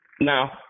Now